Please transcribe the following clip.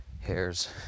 hairs